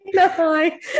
hi